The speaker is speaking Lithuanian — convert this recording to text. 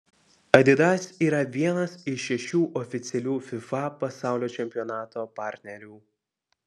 adidas yra vienas iš šešių oficialių fifa pasaulio čempionato partnerių